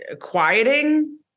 quieting